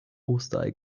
osterei